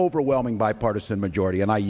overwhelming bipartisan majority and i